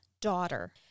daughter